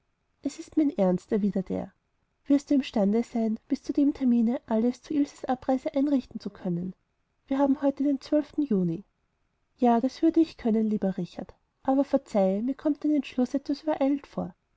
es ist mein ernst erwiderte er wirst du im stande sein bis zu dem termine alles zu ilses abreise einrichten zu können wir haben heute den juni ja das würde ich können lieber richard aber verzeihe mir kommt dein entschluß etwas übereilt vor